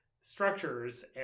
structures